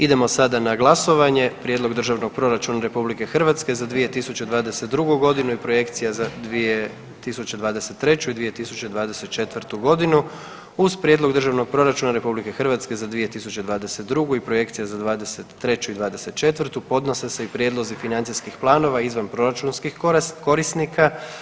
Idemo sada na glasovanje Prijedlog državnog proračuna RH za 2022.g. i projekcija za 2023. i 2024.g. uz Prijedlog državnog proračuna RH za 2022. i projekcija za '23. i '24., podnose se i prijedlozi financijskih planova izvanproračunskih korisnika.